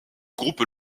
groupes